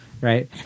right